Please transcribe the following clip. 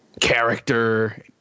character